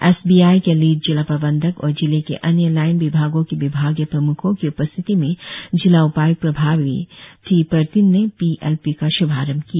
S B I के lead जिला प्रबंधक और जिले के अन्य लाईन विभागों के विभागीय प्रम्खों की उपस्थिति में जिला उपाय्क्त प्रभारी टी पार्टिन ने पी एल पी का श्भारंभ किया